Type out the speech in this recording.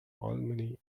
alumni